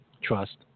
Trust